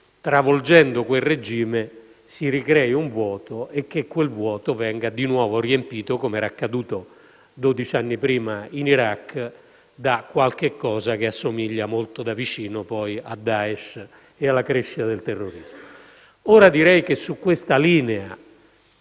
travolgendo quel regime, si ricreasse un vuoto e che esso venisse di nuovo riempito, com'era accaduto dodici anni prima in Iraq, da qualcosa che assomigliasse molto da vicino a Daesh e alla crescita del terrorismo. Ora, direi che su questa linea